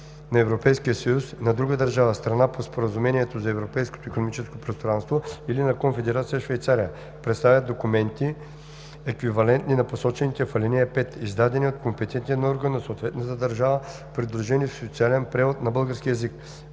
съюз, на друга държава – страна по Споразумението за Европейското икономическо пространство, или на Конфедерация Швейцария представят документи, еквивалентни на посочените в ал. 5, издадени от компетентен орган на съответната държава, придружени с официален превод на български език.